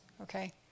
okay